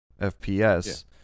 FPS